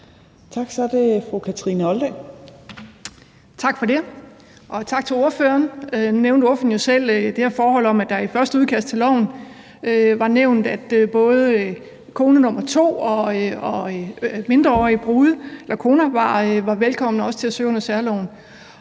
Kathrine Olldag (RV): Tak for det, og tak til ordføreren. Nu nævnte ordføreren selv de her forhold om, at der i første udkast til loven var nævnt, at både kone nummer to og mindreårige brude eller koner var velkomne til også at søge under særloven.